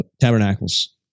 tabernacles